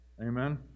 Amen